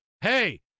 hey